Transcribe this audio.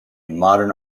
modern